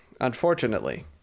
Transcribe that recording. unfortunately